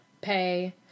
pay